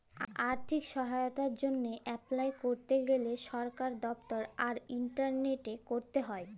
আথ্থিক সহায়তার জ্যনহে এপলাই ক্যরতে গ্যালে সরকারি দপ্তর আর ইলটারলেটে ক্যরতে হ্যয়